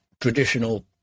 traditional